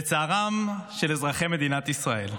לצערם של אזרחי מדינת ישראל.